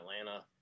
Atlanta